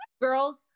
Girls